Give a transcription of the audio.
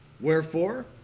Wherefore